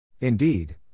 Indeed